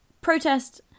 protest